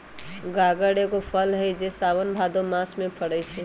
गागर एगो फल हइ जे साओन भादो मास में फरै छै